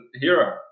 hero